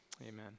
Amen